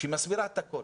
שמסבירה את הכול.